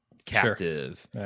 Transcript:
captive